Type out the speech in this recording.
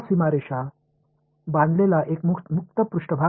இது இந்த எல்லை வரையறுக்கப்பட்ட ஒரு திறந்த மேற்பரப்பு